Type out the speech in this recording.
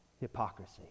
hypocrisy